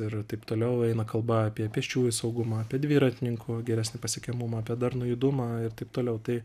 ir taip toliau eina kalba apie pėsčiųjų saugumą apie dviratininkų geresnį pasiekiamumą apie darnų judumą ir taip toliau tai